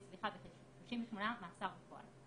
בכ-38% מאסר בפועל.